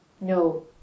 No